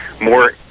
more